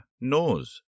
Knows